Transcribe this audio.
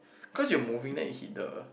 cause you are moving then it hit the